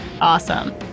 Awesome